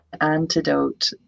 antidote